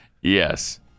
yes